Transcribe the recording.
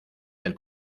del